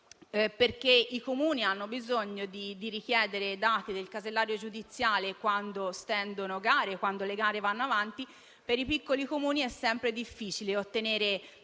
I Comuni hanno bisogno di richiedere i dati del casellario giudiziale quando stendono gare e quando queste vanno avanti. Per i piccoli Comuni è sempre difficile ottenere